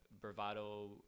bravado